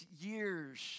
years